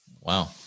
Wow